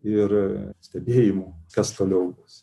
ir stebėjimu kas toliau bus